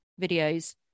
videos